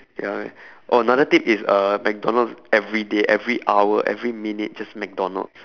ya oh another thing is uh mcdonald's everyday every hour every minute just mcdonald's